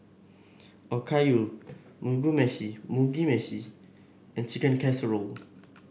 Okayu meshi Mugi Meshi and Chicken Casserole